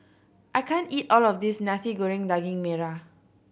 I can't eat all of this Nasi Goreng Daging Merah